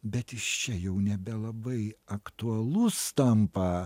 bet jis čia jau nebelabai aktualus tampa